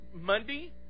Monday